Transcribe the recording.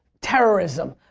terrorism,